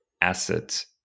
asset